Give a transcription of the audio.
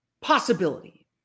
possibility